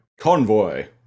convoy